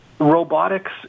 Robotics